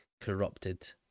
corrupted